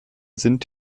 sind